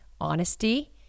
honesty